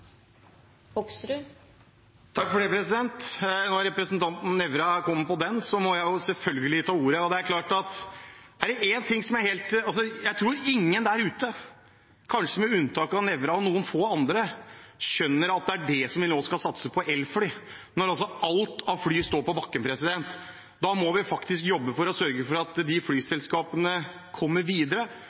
Når representanten Nævra kommer med det, må jeg selvfølgelig ta ordet. Jeg tror ingen der ute, kanskje med unntak av representanten Nævra og noen få andre, skjønner at elfly er det vi nå skal satse på – når alt av fly står på bakken. Da må vi jobbe for å sørge for at flyselskapene kommer videre,